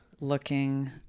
Looking